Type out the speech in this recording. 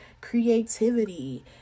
creativity